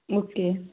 okay